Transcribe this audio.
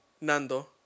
Nando